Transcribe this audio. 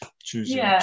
choosing